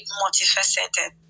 multifaceted